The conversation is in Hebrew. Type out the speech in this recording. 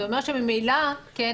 זה אומר שממילא, כן?